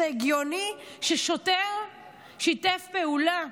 זה הגיוני ששוטר שיתף פעולה?